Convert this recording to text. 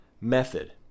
method